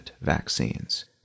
vaccines